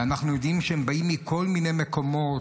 ואנחנו יודעים שהם באים מכל מיני מקומות.